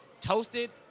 Toasted